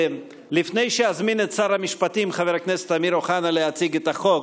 לפני שאזמין את שר המשפטים חבר הכנסת אמיר אוחנה להציג את החוק,